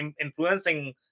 influencing